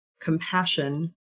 compassion